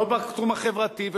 לא בתחום החברתי,